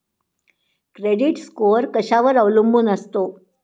Credit score कशावर अवलंबून असतो?